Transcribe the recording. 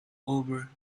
over